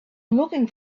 looking